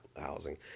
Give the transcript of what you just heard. housing